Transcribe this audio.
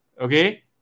okay